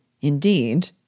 Indeed